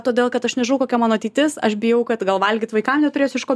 todėl kad aš nežinau kokia mano ateitis aš bijau kad gal valgyt vaikam neturėsiu iš ko